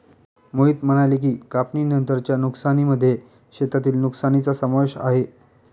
मोहित म्हणाले की, कापणीनंतरच्या नुकसानीमध्ये शेतातील नुकसानीचा समावेश आहे